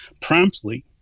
promptly